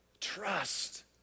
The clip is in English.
Trust